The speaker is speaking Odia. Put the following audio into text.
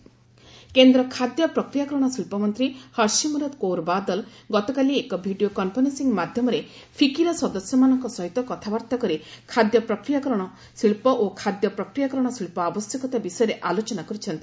କୌର ଫିକି କେନ୍ଦ୍ର ଖାଦ୍ୟ ପ୍ରକ୍ରିୟାକରଣ ଶିଳ୍ପ ମନ୍ତ୍ରୀ ହରସିମରତ କୌର ବାଦଲ ଗତକାଲି ଏକ ଭିଡ଼ିଓ କନଫରେନ୍ଦିଂ ମାଧ୍ୟମରେ ଫିକିର ସଦସ୍ୟମାନଙ୍କ ସହିତ କଥାବାର୍ତ୍ତା କରି ଖାଦ୍ୟ ପ୍ରକ୍ରିୟାକରଣ ଶିଳ୍ପ ଓ ଖାଦ୍ୟ ପ୍ରକ୍ରିୟାକରଣ ଶିଳ୍ପ ଆବଶ୍ୟକତା ବିଷୟରେ ଆଲୋଚନା କରିଛନ୍ତି